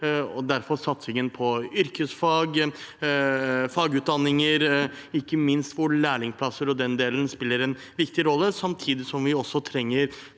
– derfor satsingen på yrkesfag, fagutdanninger, ikke minst hvor lærlingplasser og den delen spiller en viktig rolle. Samtidig trenger